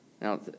now